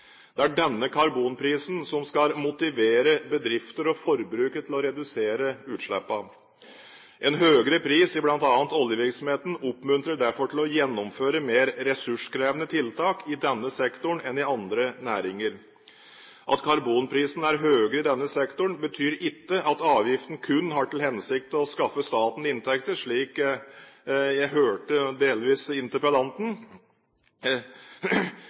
Det er denne karbonprisen som skal motivere bedrifter og forbrukere til å redusere utslippene. En høyere pris i bl.a. oljevirksomheten oppmuntrer derfor til å gjennomføre mer ressurskrevende tiltak i denne sektoren enn i andre næringer. At karbonprisen er høyere i denne sektoren, betyr ikke at avgiften kun har til hensikt å skaffe staten inntekter, slik jeg hørte delvis fra interpellanten.